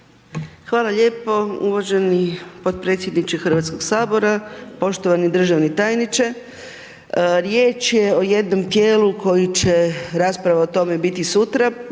Hvala lijepo. Uvaženi potpredsjedniče HS-a, poštovani državni tajniče. Riječ je o jednom tijelu koji će rasprava o tome biti sutra,